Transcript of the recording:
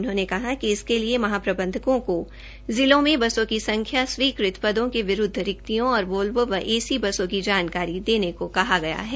उन्होंने कहा कि इसकेलिए महाप्रबंधकों को जिलों में बसों की संख्या स्वीकृत पदों के विरूद्व रिक्तियों और वाल्वो व ए सी बसों के जानकारी देने को कहा गया है